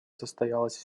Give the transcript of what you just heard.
состоялась